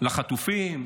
לחטופים,